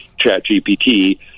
ChatGPT